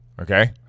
okay